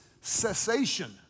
cessation